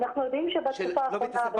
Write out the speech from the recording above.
אנחנו יודעים שבתקופה האחרונה,